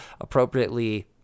appropriately